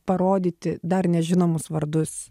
parodyti dar nežinomus vardus